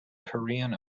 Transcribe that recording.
korean